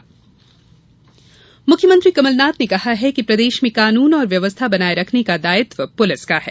कमलनाथ मुख्यमंत्री कमलनाथ ने कहा है कि प्रदेश में कानून और व्यवस्था बनाये रखने का दायित्व पुलिस का है